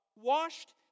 washed